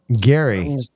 Gary